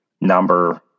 number